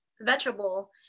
vegetable